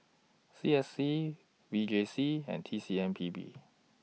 C S C V J C and T C M P B